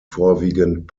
vorwiegend